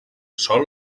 sol